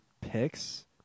picks